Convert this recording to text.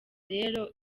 rero